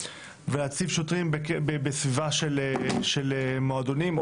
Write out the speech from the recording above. ולהציב שוטרים בסביבה של מועדונים,